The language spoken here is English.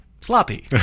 sloppy